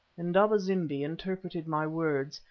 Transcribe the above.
indaba-zimbi interpreted my words,